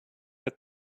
get